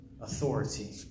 authority